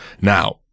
Now